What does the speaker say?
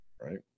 right